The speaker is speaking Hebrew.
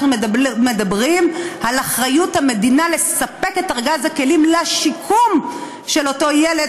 מדברים על אחריות המדינה לספק את ארגז הכלים לשיקום של אותו ילד,